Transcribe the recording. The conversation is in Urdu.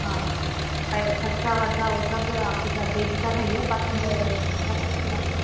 ہاں اچھا خرچہ ورچہ وہ سب آپ فکر بے فکر رہیے بس مجھے